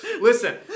Listen